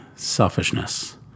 selfishness